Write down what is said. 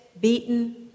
beaten